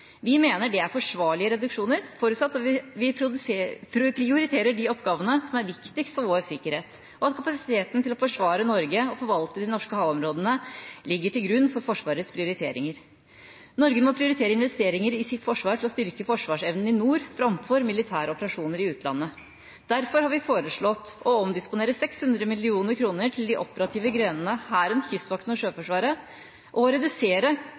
Vi mener det er forsvarlige reduksjoner, forutsatt at vi prioriterer de oppgavene som er viktigst for vår sikkerhet, og at kapasiteten til å forsvare Norge og forvalte de norske havområdene ligger til grunn for Forsvarets prioriteringer. Norge må prioritere investeringer i sitt forsvar til å styrke forsvarsevnen i nord framfor militære operasjoner i utlandet. Derfor har vi foreslått å omdisponere 600 mill. kr til de operative grenene Hæren, Kystvakten og Sjøforsvaret, å redusere